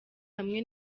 hamwe